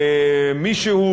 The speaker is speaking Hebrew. למשל,